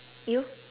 you